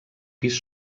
pis